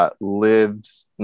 lives